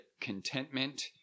contentment